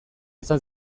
izan